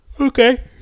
Okay